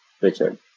Richard